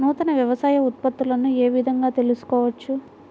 నూతన వ్యవసాయ ఉత్పత్తులను ఏ విధంగా తెలుసుకోవచ్చు?